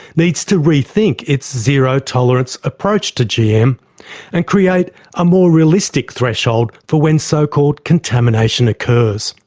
needs to rethink its zero tolerance approach to gm and create a more realistic threshold for when so-called contamination occurs.